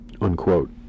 unquote